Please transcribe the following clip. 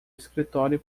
escritório